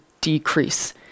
decrease